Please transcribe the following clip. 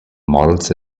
models